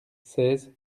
seize